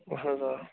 اَہَن حظ آ